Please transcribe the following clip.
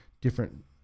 different